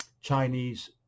Chinese